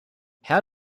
how